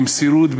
במסירות,